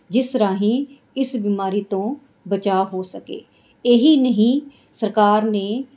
ਜਿਸ ਰਾਹੀਂ ਇਸ ਬਿਮਾਰੀ ਤੋਂ ਬਚਾਅ ਹੋ ਸਕੇ ਇਹੀ ਨਹੀਂ ਸਰਕਾਰ ਨੇ